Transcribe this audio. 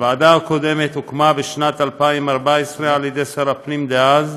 הוועדה הקודמת הוקמה בשנת 2014 על ידי שר הפנים דאז,